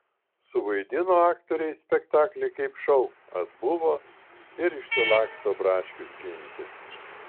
suvaidino aktoriai spektaklį kaip šou atbuvo ir išsilaksto braškių skinti